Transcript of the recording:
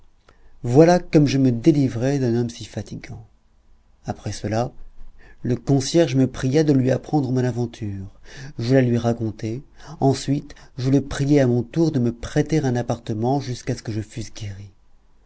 voilà comme je me délivrai d'un homme si fatigant après cela le concierge me pria de lui apprendre mon aventure je la lui racontai ensuite je le priai à mon tour de me prêter un appartement jusqu'à ce que je fusse guéri